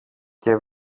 και